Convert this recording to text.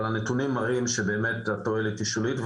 אבל הנתונים מראים שבאמת התועלת היא שולית.